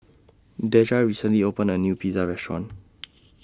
Deja recently opened A New Pizza Restaurant